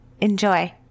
Enjoy